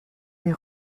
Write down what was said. les